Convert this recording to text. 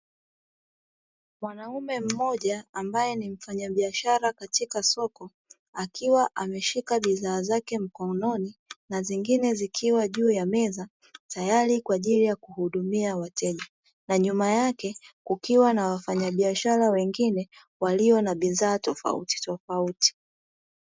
Mwanaume mmoja ambaye ni mfanyabiashara katika soko akiwa ameshika bidhaa zake mkononi na zingine zikiwa juu ya meza, tayari kwa ajili ya kuhudumia wateja na nyuma yake kukiwa na wafanyabiashara wengine walio na bidhaa tofauti tofauti.